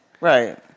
Right